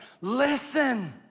listen